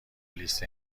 لیست